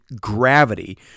gravity